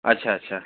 আচ্ছা আচ্ছা